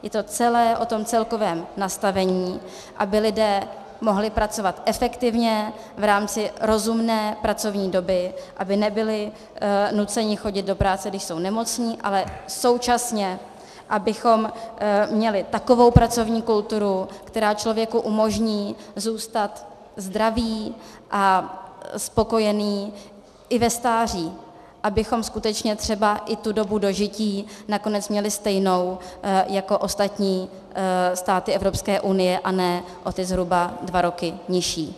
Je to celé o celkovém nastavení, aby lidé mohli pracovat efektivně v rámci rozumné pracovní doby, aby nebyli nuceni chodit do práce, když jsou nemocní, ale současně abychom měli takovou pracovní kulturu, která člověku umožní zůstat zdravý a spokojený i ve stáří, abychom skutečně třeba i tu dobu dožití nakonec měli stejnou jako ostatní státy Evropské unie a ne zhruba o ty dva roky nižší.